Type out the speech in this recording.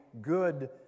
good